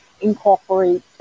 incorporate